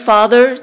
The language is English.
Father